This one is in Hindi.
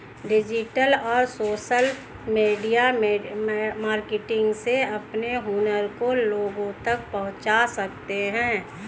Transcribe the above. डिजिटल और सोशल मीडिया मार्केटिंग से अपने हुनर को लोगो तक पहुंचा सकते है